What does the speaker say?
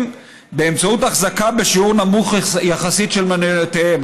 באמצעות אחזקה בשיעור נמוך יחסית של מניותיהם.